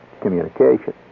communication